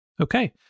Okay